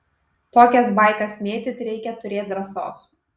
tokias baikas mėtyt reikia turėt drąsos